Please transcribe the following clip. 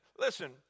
Listen